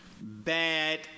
bad